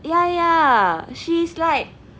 ya ya she's like